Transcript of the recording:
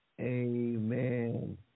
Amen